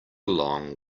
long